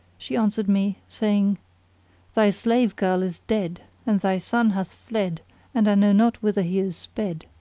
she answered me, saying thy slave girl is dead, and thy son hath fled and i know not whither he is sped.